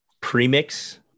premix